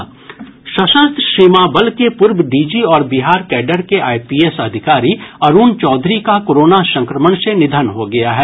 सशस्त्र सीमा बल के पूर्व डीजी और बिहार कैडर के आईपीएस अधिकारी अरुण चौधरी का कोरोना संक्रमण से निधन हो गया है